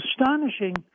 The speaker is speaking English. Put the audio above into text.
astonishing